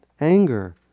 Anger